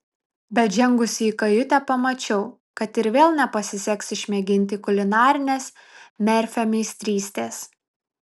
bet žengusi į kajutę pamačiau kad ir vėl nepasiseks išmėginti kulinarinės merfio meistrystės